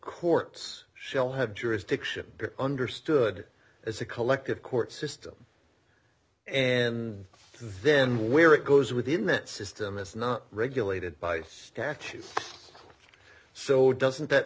courts shall have jurisdiction understood as a collective court system and then where it goes with the in that system is not regulated by statute so doesn't that